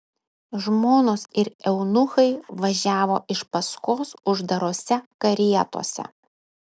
žmonos ir eunuchai važiavo iš paskos uždarose karietose